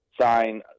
sign